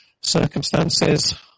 circumstances